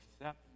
accept